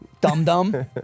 Dum-dum